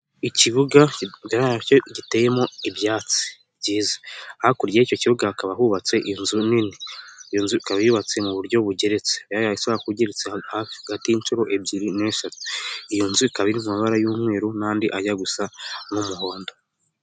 Ikibuga giteyemo ibyatsi byiza hakurya y'icyo kibuga hakaba hubatse inzu nini iyo nzu ikaba yubatse mu buryo bugeretse hafi hagati y'inshuro ebyiri n'eshatu, iyo nzu ikaba ikaba iri mu mabara y'umweru n'andi ajya gusa n'umuhondo.